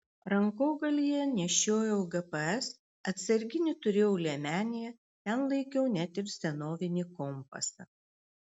rankogalyje nešiojau gps atsarginį turėjau liemenėje ten laikiau net ir senovinį kompasą